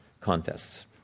contests